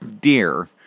deer